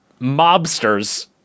mobsters